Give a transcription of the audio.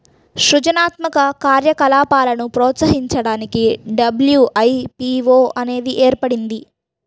సృజనాత్మక కార్యకలాపాలను ప్రోత్సహించడానికి డబ్ల్యూ.ఐ.పీ.వో అనేది ఏర్పడింది